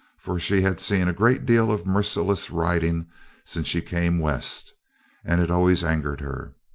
for she had seen a great deal of merciless riding since she came west and it always angered her.